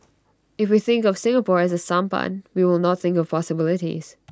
if we think of Singapore as A sampan we will not think of possibilities